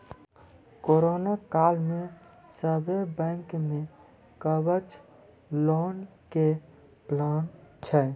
corona काल मे सभ्भे बैंक मे कवच लोन के प्लान छै